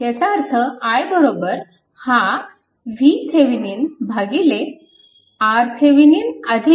ह्याचा अर्थ i हा VThevenin RThevenin हा 3 Ω